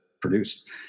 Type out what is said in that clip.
produced